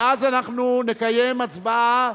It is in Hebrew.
ואז אנחנו נקיים הצבעה,